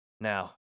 Now